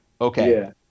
Okay